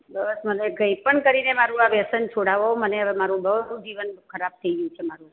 બસ મને કઈ પણ કરીને મારું આ વ્યસન છોડાવો મને મારું બહુ જ જીવન ખરાબ થઈ ગયું છે મારું